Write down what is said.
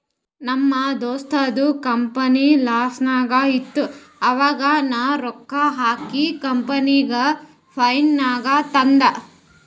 ನಮ್ ದೋಸ್ತದು ಕಂಪನಿ ಲಾಸ್ನಾಗ್ ಇತ್ತು ಆವಾಗ ನಾ ರೊಕ್ಕಾ ಹಾಕಿ ಕಂಪನಿಗ ಫೈದಾ ನಾಗ್ ತಂದ್